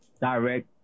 direct